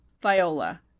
Viola